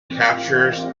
captures